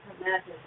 imagine